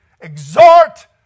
exhort